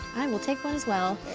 i will take one as well.